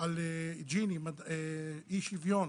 על אי שוויון,